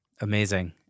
Amazing